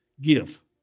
give